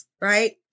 Right